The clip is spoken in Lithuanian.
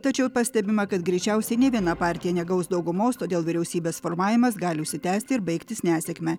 tačiau pastebima kad greičiausiai nė viena partija negaus daugumos todėl vyriausybės formavimas gali užsitęsti ir baigtis nesėkme